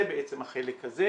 זה בעצם החלק הזה.